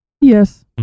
Yes